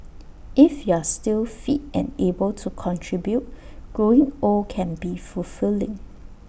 if you're still fit and able to contribute growing old can be fulfilling